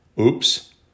Oops